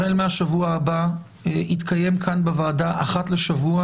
החל מהשבוע הבא יתקיים כאן בוועדה אחת לשבוע